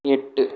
எட்டு